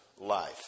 life